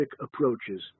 approaches